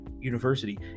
University